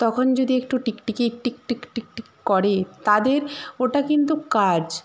তখন যদি একটু টিকটিকি টিকটিক টিকটিক করে তাদের ওটা কিন্তু কাজ